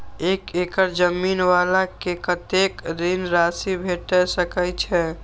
एक एकड़ जमीन वाला के कतेक ऋण राशि भेट सकै छै?